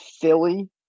Philly